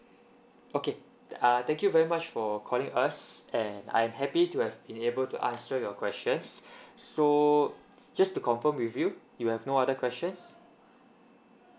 okay ah thank you very much for calling us and I am happy to have been able to answer your questions so just to confirm with you you have no other questions